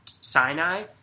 Sinai